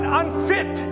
unfit